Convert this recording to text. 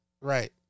Right